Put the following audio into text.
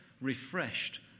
refreshed